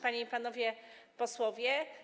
Panie i Panowie Posłowie!